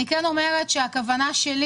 הכוונה שלי